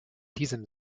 diesem